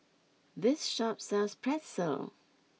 this shop sells Pretzel